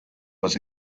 was